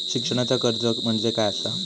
शिक्षणाचा कर्ज म्हणजे काय असा?